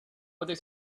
what